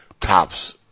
tops